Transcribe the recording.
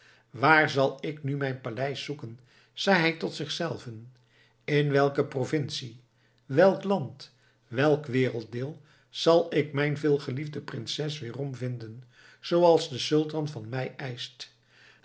waar zal ik nu mijn paleis zoeken zei hij tot zich zelven in welke provincie welk land welk werelddeel zal ik mijn veelgeliefde prinses weerom vinden zooals de sultan van mij eischt